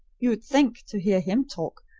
you would think, to hear him talk,